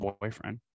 boyfriend